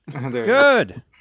good